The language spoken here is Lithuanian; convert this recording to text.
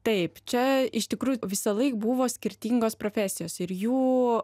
taip čia iš tikrųjų visąlaik buvo skirtingos profesijos ir jų